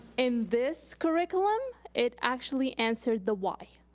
in this curriculum, it actually answered the why.